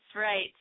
right